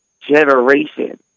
generation